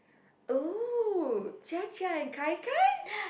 oh Jia-Jia and kai kai